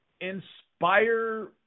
inspire